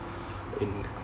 in